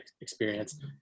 experience